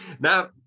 Now